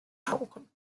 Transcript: tauchen